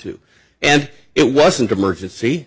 to and it wasn't emergency